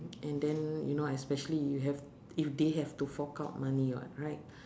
and then you know especially you have if they have to fork out money [what] right